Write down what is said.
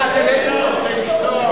היא אשתו.